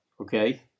Okay